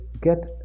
get